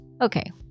Okay